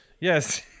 Yes